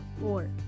four